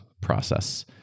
process